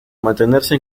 mantenerse